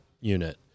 unit